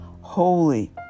holy